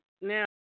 now